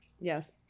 Yes